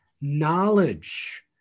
knowledge